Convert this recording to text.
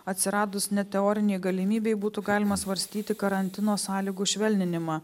atsiradus ne teorinei galimybei būtų galima svarstyti karantino sąlygų švelninimą